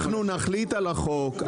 אנחנו נחליט על החוק,